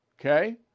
okay